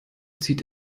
zieht